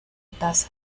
taza